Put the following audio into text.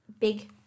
big